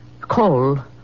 call